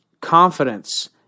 confidence